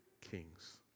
kings